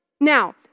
Now